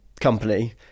company